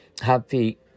Happy